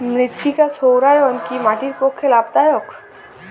মৃত্তিকা সৌরায়ন কি মাটির পক্ষে লাভদায়ক?